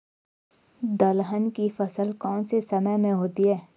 दलहन की फसल कौन से समय में होती है?